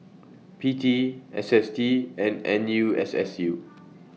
P T S S T and N U S S U